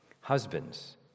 Husbands